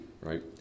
right